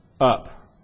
up